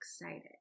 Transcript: excited